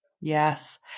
Yes